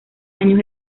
años